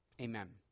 Amen